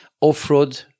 off-road